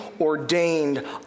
ordained